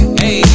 hey